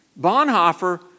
Bonhoeffer